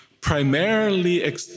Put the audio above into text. primarily